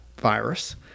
virus